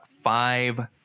five